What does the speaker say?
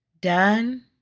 Done